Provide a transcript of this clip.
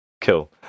Cool